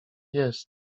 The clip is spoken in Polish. jest